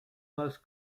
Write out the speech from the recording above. most